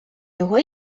його